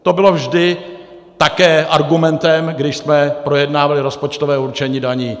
To bylo vždy také argumentem, když jsme projednávali rozpočtové určení daní.